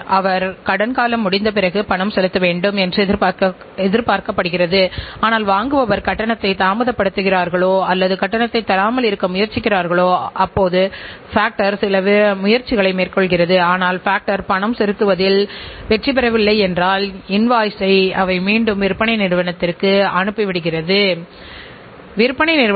சேவைகளின் செயல்திறனில் உற்பத்தி நிறுவனங்கள் செய்கின்ற கார்கள் அல்லது கணினிகளைக் காட்டிலும்சேவைகளின் வெளியீடுமற்றும் இலாப நோக்கற்ற நிறுவனங்களை அளவிடுவது மிகவும் கடினம்